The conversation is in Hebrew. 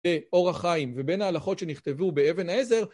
באור החיים ובין ההלכות שנכתבו באבן העזר.